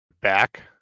back